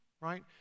right